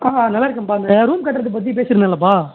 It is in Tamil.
ஆ நல்லா இருக்கேன்ப்பா இந்த ரூம் கட்டுறது பற்றி பேசியிருந்தேன்லப்பா